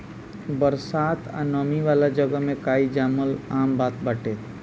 बरसात आ नमी वाला जगह में काई जामल आम बात बाटे